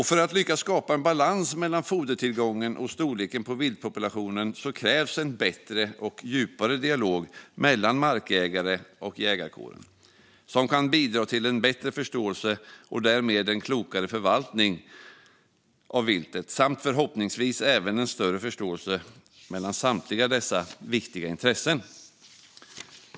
För att lyckas skapa en balans mellan fodertillgången och storleken på viltpopulationen krävs en bättre och djupare dialog mellan markägare och jägarkåren som kan bidra till en bättre förståelse och därmed en klokare förvaltning av viltet samt förhoppningsvis även en större förståelse mellan samtliga dessa viktiga intressen.